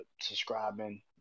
subscribing